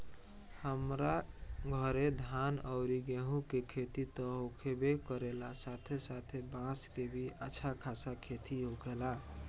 हमरा घरे धान अउरी गेंहू के खेती त होखबे करेला साथे साथे बांस के भी अच्छा खासा खेती होखेला